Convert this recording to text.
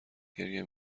گریه